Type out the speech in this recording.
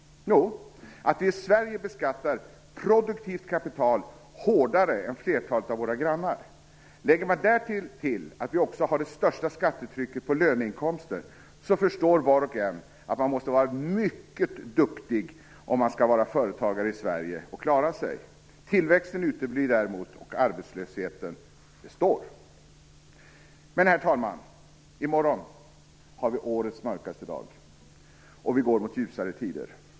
Jo, att vi i Sverige beskattar produktivt kapital hårdare än flertalet av våra grannar. Lägger man därtill att vi också har det största skattetrycket på löneinkomster, förstår var och en att man måste vara mycket duktig om man skall vara företagare i Sverige och klara sig. Tillväxten uteblir däremot, och arbetslösheten består. Men, herr talman, i morgon har vi årets mörkaste dag och vi går mot ljusare tider.